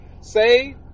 say